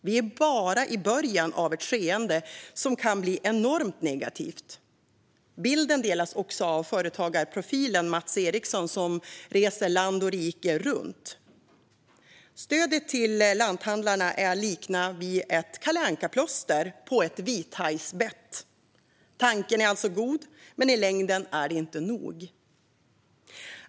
Vi är bara i början av ett skeende som kan bli enormt negativt. Den bilden delas av företagarprofilen Mats Eriksson som reser land och rike runt. Stödet till lanthandlarna är att likna vid att sätta ett Kalle Anka-plåster på ett vithajsbett. Tanken är god, men i längden är det inte nog.